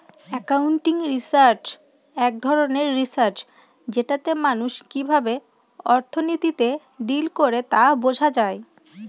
accounting research এক ধরনের research যেটাতে মানুষ কিভাবে অর্থনীতিতে ডিল করে তা বোঝা যায়